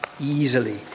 easily